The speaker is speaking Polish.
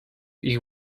ich